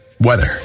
weather